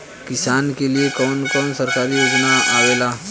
किसान के लिए कवन कवन सरकारी योजना आवेला?